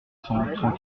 tranquille